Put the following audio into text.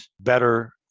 better